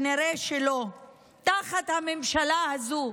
נראה שלא תחת הממשלה הזו.